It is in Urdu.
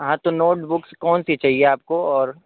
ہاں تو نوٹ بکس کون سی چاہیے آپ کو اور